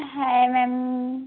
হ্যাঁ ম্যাম